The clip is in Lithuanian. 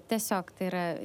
tiesiog tai yra